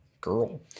girl